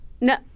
No